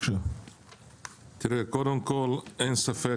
אין ספק,